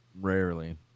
Rarely